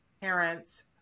parents